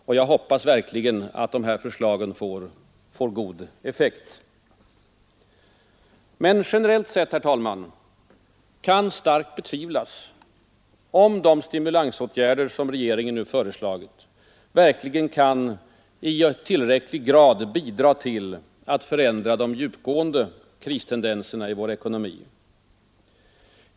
Och jag hoppas verkligen att de här förslagen får god effekt. 8. Men generellt sett, herr talman, kan starkt betvivlas att de stimulansåtgärder som regeringen föreslagit verkligen kan i tillräcklig grad bidra till att förändra de djupgående kristendenserna i vår ekonomi.